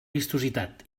vistositat